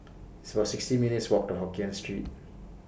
It's about sixty minutes' Walk to Hokkien Street